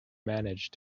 managed